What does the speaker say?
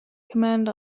command